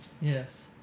Yes